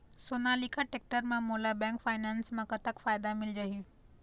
Sonalika tractor म मोला bank finance म कतक फायदा मिल जाही?